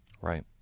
Right